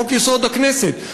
חוק-יסוד: הכנסת,